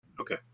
Okay